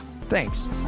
Thanks